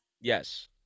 Yes